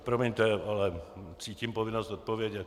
Promiňte, ale cítím povinnost odpovědět.